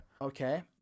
Okay